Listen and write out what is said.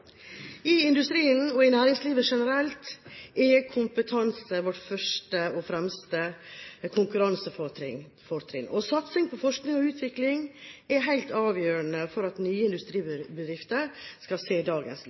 I industrien og i næringslivet generelt er kompetanse vårt første og fremste konkurransefortrinn. Satsing på forskning og utvikling er helt avgjørende for at nye industribedrifter skal se dagens